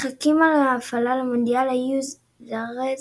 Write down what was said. משחקים על ההעפלה למונדיאל היו זרז